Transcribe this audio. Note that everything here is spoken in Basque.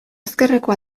ezkerreko